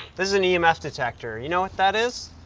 this is an emf detector. you know what that is?